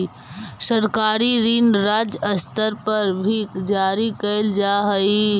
सरकारी ऋण राज्य स्तर पर भी जारी कैल जा हई